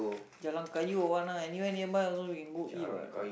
Jalan-Kayu or what lah anywhere nearby also we go eat [what]